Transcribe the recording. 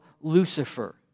Lucifer